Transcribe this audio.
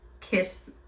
kiss